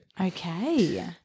Okay